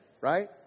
Right